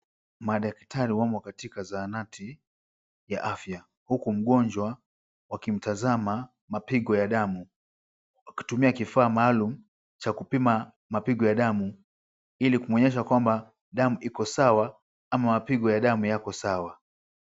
Madaktari wamo katika zahanati ya afya, huku mgonjwa wakimtazama mapigo ya damu, wakitumia kifaa maalum cha kupima mapigo ya damu ili kumuonyesha kwamba damu iko sawa ama mapigo ya damu yako sawa.